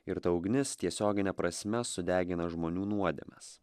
ir ta ugnis tiesiogine prasme sudegina žmonių nuodėmes